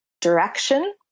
direction